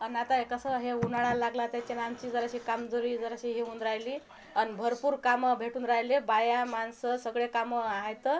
आणि आता हे कसं हे उन्हाळा लागला त्याच्यानं आमची जरासे काम जरी जराशी हे होऊन राहिली आणि भरपूर कामं भेटून रायले बाया माणसं सगळे कामं आहे तर